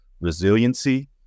resiliency